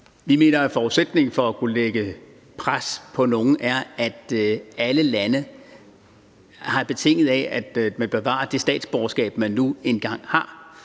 Vi mener, at forudsætningen for at lægge pres på nogen er, at alle lande er betinget af, at man bevarer det statsborgerskab, som man nu engang har.